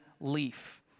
leaf